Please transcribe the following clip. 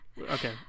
Okay